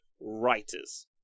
writers